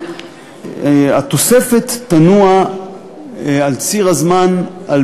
איך הם מקבלים מקדמה לעשות בחירות חוזרות?